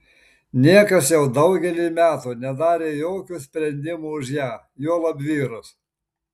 niekas jau daugelį metų nedarė jokių sprendimų už ją juolab vyras